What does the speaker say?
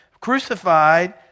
crucified